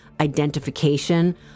identification